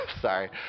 Sorry